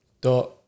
dot